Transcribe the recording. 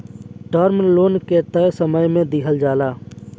term loan के तय समय में दिहल जाला